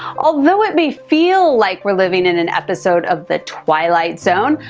although it may feel like we're living in an episode of the twilight zone,